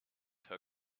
her